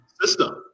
system